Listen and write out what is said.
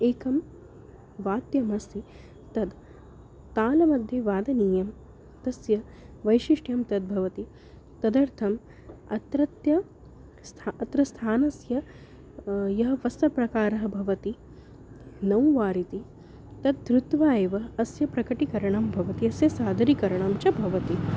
एकं वाद्यमस्ति तद् तालमध्ये वादनीयं तस्य वैशिष्ट्यं तद् भवति तदर्थम् अत्रत्यं स्था अत्र स्थानस्य यः वस्त्रप्रकारः भवति नौवार् इति तत् धृत्वा एव अस्य प्रकटीकरणं भवति अस्य सादरीकरणं च भवति